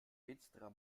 finsterer